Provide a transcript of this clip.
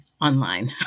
online